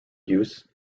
use